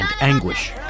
anguish